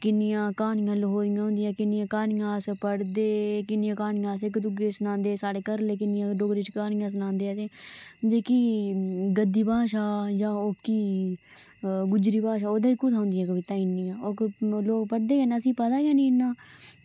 किन्नियां क्हानियां लखोई दियां होंदियां किन्नियां क्हानियां अस पढ़दे किन्नियां क्हानियां अस इक दुऐ गी सनांदे हे साढ़े घरै आह्ले किन्नियां डोगरी च सनांदे हे ते जेह्की गद्दी भाशा जां ओह्की गोजरी भाशा ओह्दे च कुत्थें होंदियां कवितां इन्नियां लोक पढ़दे निं हैन असेंगी पता गै निं इन्ना